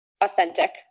authentic